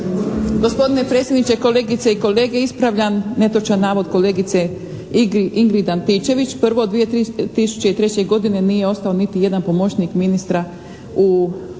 Gospodine predsjedniče, kolegice i kolege! Ispravljam netočan navod kolegice Ingrid Antičević. Prvo, 2003. godine nije ostao niti jedan pomoćnik ministra u našim